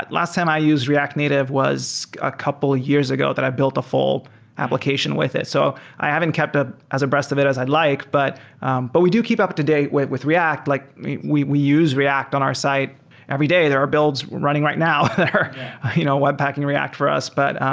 last time i used react native was a couple years ago that i built a full application with it. so i haven't kept up as abreast of it as i'd like, but but we do keep up to date with with react. like we we use react on our site every day. there are builds running right now that are you know web packing react for us. but yeah,